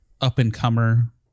up-and-comer